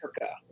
Africa